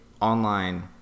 online